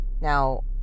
Now